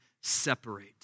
separate